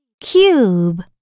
cube